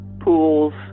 pools